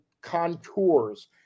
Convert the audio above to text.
contours